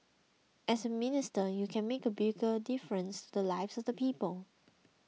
as a minister you can make a bigger difference to the lives of the people